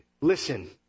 Listen